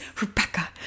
Rebecca